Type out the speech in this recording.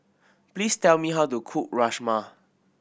please tell me how to cook Rajma